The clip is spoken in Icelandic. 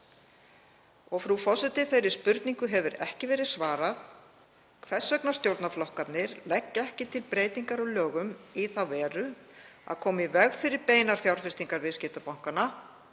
Frú forseti. Þeirri spurningu hefur ekki verið svarað hvers vegna stjórnarflokkarnir leggja ekki til breytingar á lögum í þá veru að koma í veg fyrir beinar fjárfestingar viðskiptabankanna,